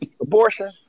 Abortion